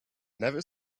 never